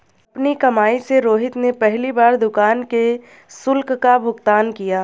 अपनी कमाई से रोहित ने पहली बार दुकान के शुल्क का भुगतान किया